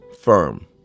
firm